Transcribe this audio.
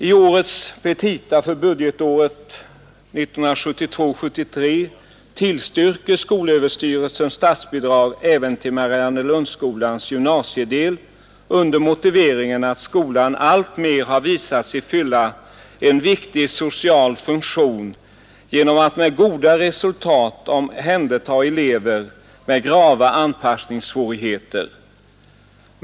I årets petita för budgetåret 1972/73 tillstyrker skolöverstyrelsen statsbidrag även till Mariannelundsskolans gymnasiedel under motiveringen att skolan alltmer visat sig fylla en viktig social funktion genom att med goda resultat omhänderta elever med grava anpassningssvårigheter.